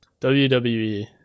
WWE